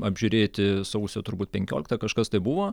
apžiūrėti sausio turbūt penkiolikta kažkas tai buvo